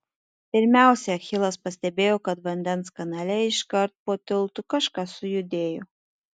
pirmiausia achilas pastebėjo kad vandens kanale iškart po tiltu kažkas sujudėjo